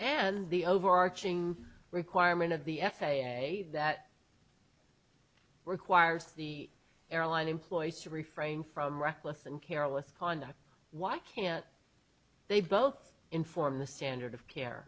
and the overarching requirement of the f a a that requires the airline employees to refrain from reckless and careless conduct why can't they both inform the standard of care